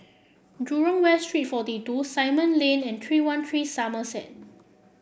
Jurong West Street forty two Simon Lane and three one three Somerset